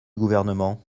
gouvernement